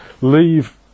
leave